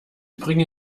bringe